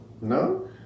No